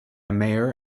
mayor